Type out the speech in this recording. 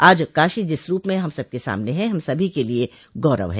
आज काशी जिस रूप में हम सबके सामने है हम सभी के लिए गौरव है